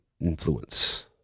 influence